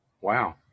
Wow